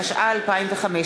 התשע"ה 2015,